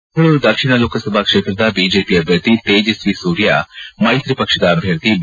ಬೆಂಗಳೂರು ದಕ್ಷಿಣ ಲೋಕಸಭಾ ಕ್ಷೇತ್ರದ ಬಿಜೆಪಿ ಅಭ್ಯರ್ಥಿ ತೇಜಸ್ತಿ ಸೂರ್ಯ ಮೈತ್ರಿಪಕ್ಷದ ಅಭ್ಯರ್ಥಿ ಬಿ